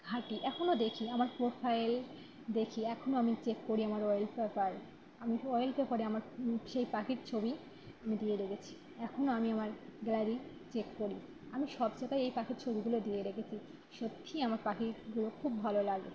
ঘাঁটি এখনও দেখি আমার প্রোফাইল দেখি এখনও আমি চেক করি আমার ওয়ালপেপার আমি ওয়ালপেপারে আমার সেই পাখির ছবি আমি দিয়ে রেখেছি এখনও আমি আমার গ্যালারি চেক করি আমি সবজায়গায় এই পাখির ছবিগুলো দিয়ে রেখেছি সত্যিই আমার পাখিগুলো খুব ভালো লাগে